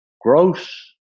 gross